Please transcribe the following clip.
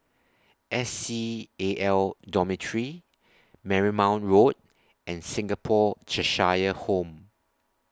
S C A L Dormitory Marymount Road and Singapore Cheshire Home